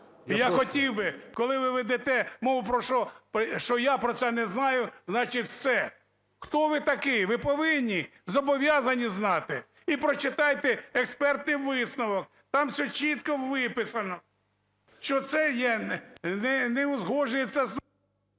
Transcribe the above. я хотів би, коли ведете мову, що я про це не знаю, значить все. Хто ви такий? Ви повинні, зобов'язані знати. І прочитайте експертний висновок, там все чітко виписано, що це є… ГОЛОВУЮЧИЙ.